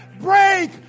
Break